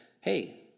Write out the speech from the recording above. hey